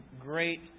great